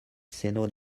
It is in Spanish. seno